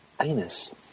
anus